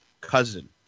Cousin